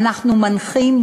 אנחנו מנחים,